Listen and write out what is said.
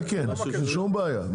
זה כן אין שום בעיה.